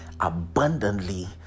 abundantly